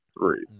three